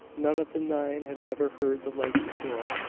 none of the nine had ever heard the like before.